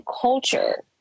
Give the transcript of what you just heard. culture